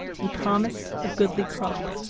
and promised a goodly crop.